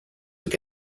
were